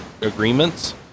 agreements